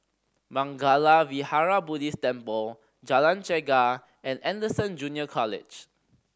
Mangala Vihara Buddhist Temple Jalan Chegar and Anderson Junior College